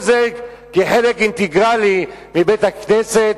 כל זה חלק אינטגרלי מבית-הכנסת,